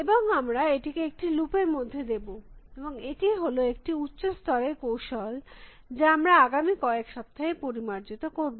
এবং আমরা এটিকে একটি লুপ এর মধ্যে দেব এবং এটি হল একটি উচ্চ স্তরের কৌশল যা আমরা আগামী কয়েক সপ্তাহে পরিমার্জিত করব